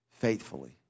faithfully